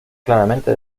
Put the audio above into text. claramente